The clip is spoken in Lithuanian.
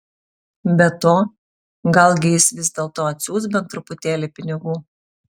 be to galgi jis vis dėlto atsiųs bent truputėlį pinigų